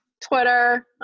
Twitter